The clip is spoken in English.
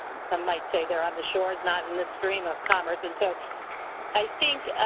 some might say they're on the shores not in the stream of commerce. and so i think,